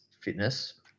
fitness